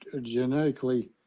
genetically